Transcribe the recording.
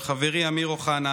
חברי אמיר אוחנה,